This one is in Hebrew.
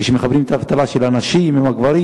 כשמחברים את האבטלה של הנשים עם הגברים,